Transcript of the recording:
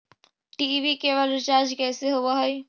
TV cable recharge कैसे होब हइ?